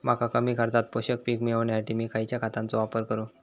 मका कमी खर्चात पोषक पीक मिळण्यासाठी मी खैयच्या खतांचो वापर करू?